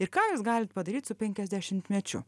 ir ką jūs galit padaryti su penkiasdešimtmečiu